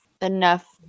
enough